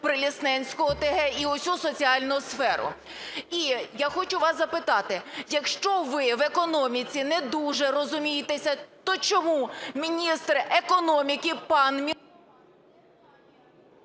Прилісненську ОТГ і усю соціальну сферу. І я хочу вас запитати. Якщо ви в економіці не дуже розумієтеся, то чому міністр економіки пан…